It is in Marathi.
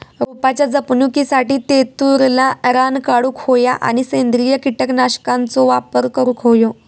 रोपाच्या जपणुकीसाठी तेतुरला रान काढूक होया आणि सेंद्रिय कीटकनाशकांचो वापर करुक होयो